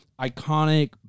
iconic